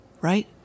right